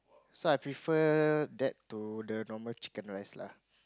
so I prefer that to the normal chicken rice lah